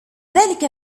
ذلك